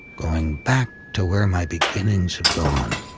going back to where my beginnings have gone.